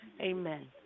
Amen